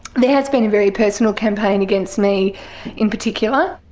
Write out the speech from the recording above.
there has been a very personal campaign against me in particular.